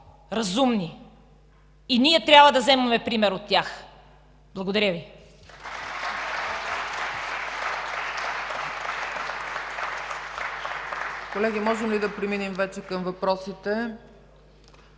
разумни и ние трябва да вземаме пример от тях. Благодаря Ви.